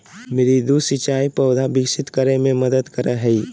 मृदु सिंचाई पौधा विकसित करय मे मदद करय हइ